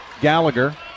Gallagher